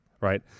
right